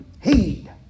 heed